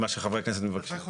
זה מה שחברי הכנסת מבקשים.